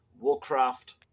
warcraft